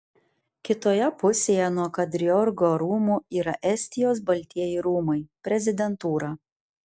kitoje pusėje nuo kadriorgo rūmų yra estijos baltieji rūmai prezidentūra